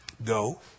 Go